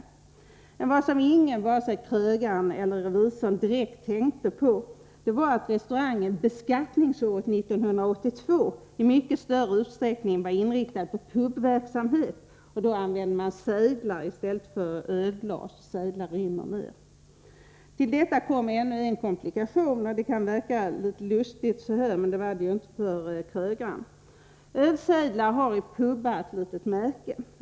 Men vad ingen, vare sig krögaren eller revisorn, direkt tänkte på var att restaurangen beskattningsåret 1982 i mycket större utsträckning var inriktad på pubverksamhet, och då används sejdlar, som rymmer betydligt mer, i stället för ölglas. Till detta kom ännu en komplikation. Det kan verka litet lustigt nu, men det var det inte för krögaren. Ölsejdlar i pubar har ett litet märke.